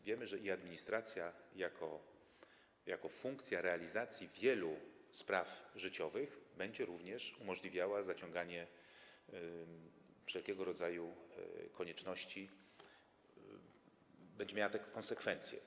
Wiemy, że e-administracja jako funkcja realizacji wielu spraw życiowych będzie również umożliwiała zaciąganie wszelkiego rodzaju zobowiązań, będzie miała takie konsekwencje.